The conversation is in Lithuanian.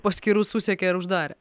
paskyrų susekė ir uždarė